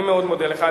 אני מודה לך.